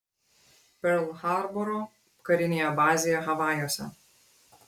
perl harboro karinėje bazėje havajuose